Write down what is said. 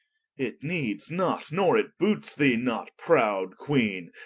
it needes not, nor it bootes thee not, prowd queene,